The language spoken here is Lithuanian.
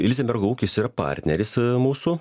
ilzenbergo ūkis yra partneris mūsų